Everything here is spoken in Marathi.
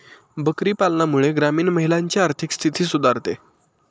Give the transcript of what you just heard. बकरी पालनामुळे ग्रामीण महिलांची आर्थिक स्थिती सुधारते